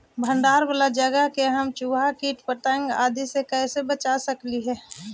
भंडार वाला जगह के हम चुहा, किट पतंग, आदि से कैसे बचा सक हिय?